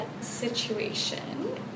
situation